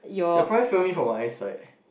they'll probably fail me for my eyesight